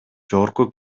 жогорку